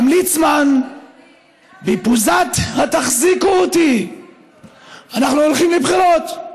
גם ליצמן בפוזת "תחזיקו אותי אנחנו הולכים לבחירות".